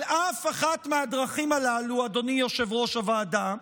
אבל אף אחת מהדרכים הללו, אדוני יושב-ראש הוועדה,